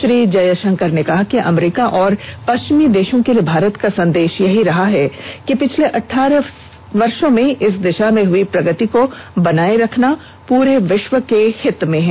श्री जयशंकर ने कहा कि अमरीका और पश्चिमी देशों के लिए भारत का संदेश यही रहा है कि पिछले अठारह साल में इस दिशा में हुई प्रगति को बनाये रखना पूरे विश्व के हित में है